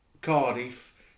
Cardiff